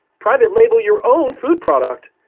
private label your own food product,